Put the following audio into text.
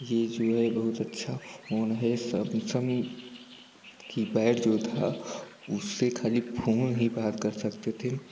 यह जो है बहुत अच्छा फ़ोन है समसंग कीपैड जो था उससे खाली फ़ोन ही बात कर सकते थे